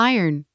Iron